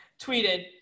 tweeted